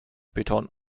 beton